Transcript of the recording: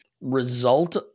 result